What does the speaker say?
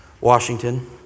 Washington